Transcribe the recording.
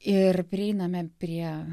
ir prieiname prie